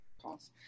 pause